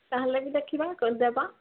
ତାହାଲେ ବି ଦେଖିବା କରିଦେବା